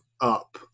up